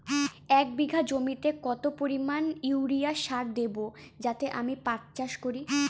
এক বিঘা জমিতে কত পরিমান ইউরিয়া সার দেব যদি আমি পাট চাষ করি?